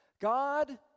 God